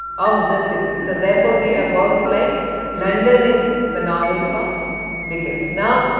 of the city so therefore we have works like london in the novels of dickens. now,